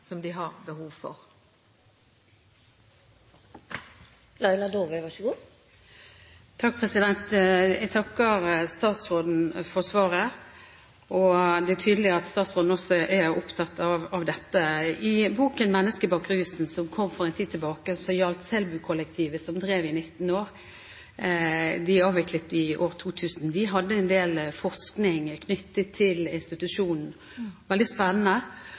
som de har behov for. Jeg takker statsråden for svaret. Det er tydelig at statsråden også er opptatt av dette. Boken Mennesket bak rusen, som kom for en tid tilbake, gjaldt Selbukollektivet, som drev i 19 år. De avviklet i år 2000. De hadde en del forskning knyttet til institusjonen. Det var veldig spennende.